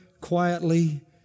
quietly